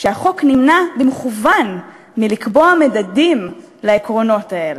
שהחוק נמנע, במכוון, מלקבוע מדדים לעקרונות האלה.